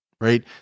right